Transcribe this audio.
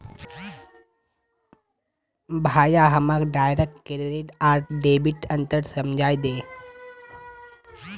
भाया हमाक direct credit आर डेबिटत अंतर समझइ दे